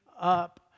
up